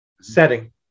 setting